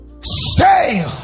Stay